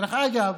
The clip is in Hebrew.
דרך אגב,